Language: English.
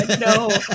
No